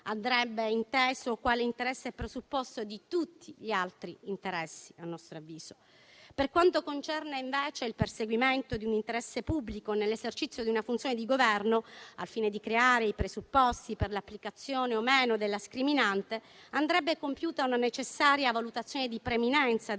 andrebbe inteso quale interesse e presupposto di tutti gli altri interessi. Per quanto concerne invece il perseguimento di un interesse pubblico nell'esercizio di una funzione di Governo, al fine di creare i presupposti per l'applicazione o no della scriminante, andrebbe compiuta una necessaria valutazione di preminenza